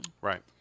Right